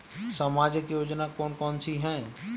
सामाजिक योजना कौन कौन सी हैं?